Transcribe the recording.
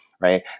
right